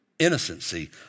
Innocency